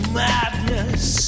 madness